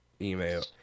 email